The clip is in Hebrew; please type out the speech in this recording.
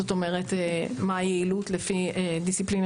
זאת אומרת מה היעילות לפי דיסציפלינה